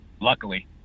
Luckily